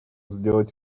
сделать